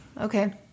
okay